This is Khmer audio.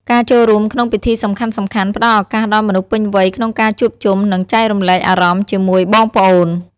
ការចូលរួមក្នុងពិធីសំខាន់ៗផ្ដល់ឱកាសដល់មនុស្សពេញវ័យក្នុងការជួបជុំ និងចែករំលែកអារម្មណ៍ជាមួយបងប្អូន។